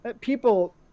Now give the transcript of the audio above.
People